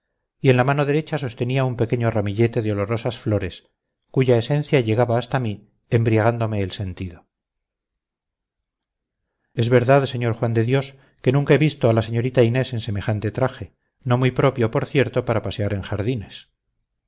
y en la mano derecha sostenía un pequeño ramillete de olorosas flores cuya esencia llegaba hasta mí embriagándome el sentido en verdad sr juan de dios que nunca he visto a la señorita inés en semejante traje no muy propio por cierto para pasear en jardines